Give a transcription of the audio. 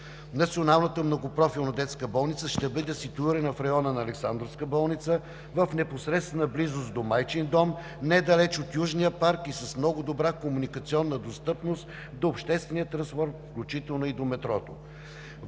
Националната многопрофилна детска болница ще бъде ситуирана в района на Александровската болница – в непосредствена близост до Майчин дом, недалеч от Южния парк, с много добра комуникационна достъпност до обществения транспорт, включително и до метрото.